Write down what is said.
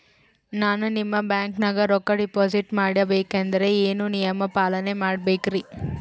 ನಾನು ನಿಮ್ಮ ಬ್ಯಾಂಕನಾಗ ರೊಕ್ಕಾ ಡಿಪಾಜಿಟ್ ಮಾಡ ಬೇಕಂದ್ರ ಏನೇನು ನಿಯಮ ಪಾಲನೇ ಮಾಡ್ಬೇಕ್ರಿ?